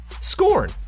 Scorn